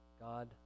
God